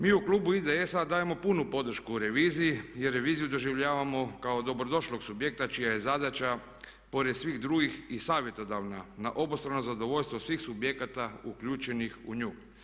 Mi u klubu IDS-a dajemo punu podršku reviziji jer reviziju doživljavamo kao dobro došlog subjekta čija je zadaća pored svih drugih i savjetodavna na obostrano zadovoljstvo svih subjekata uključenih u nju.